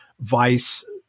vice